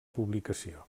publicació